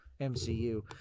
MCU